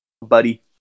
buddy